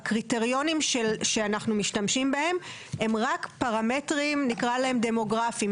הקריטריונים שאנחנו משתמשים בהם הם רק פרמטרים דמוגרפים.